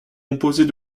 composée